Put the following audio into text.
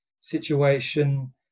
situation